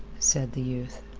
said the youth.